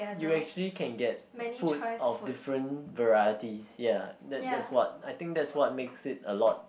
you actually can get food of different varieties ya that that's what I think that's what makes it a lot